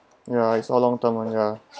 ya it's all long term [one] ya